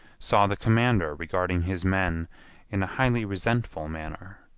saw the commander regarding his men in a highly resentful manner,